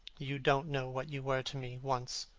you don't know what you were to me, once.